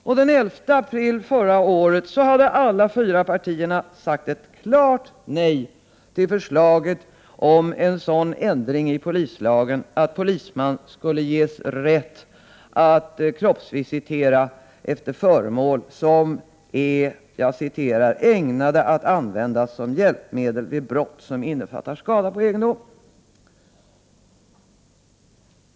Och den 11 april förra året hade alla fyra partierna sagt ett klart nej till förslaget om en sådan ändring i polislagen att polisman skulle ges rätt att kroppsvisitera för sökande efter föremål ”som är ägnade att användas som hjälpmedel vid brott som innefattar skada på egendom”.